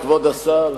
כבוד השר,